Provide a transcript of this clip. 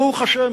ברוך השם,